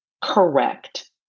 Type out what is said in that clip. correct